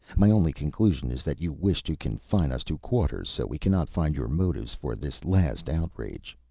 my only conclusion is that you wish to confine us to quarters so we cannot find your motives for this last outrage.